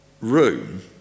room